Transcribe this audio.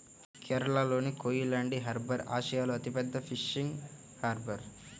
కేరళలోని కోయిలాండి హార్బర్ ఆసియాలో అతిపెద్ద ఫిషింగ్ హార్బర్